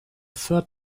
third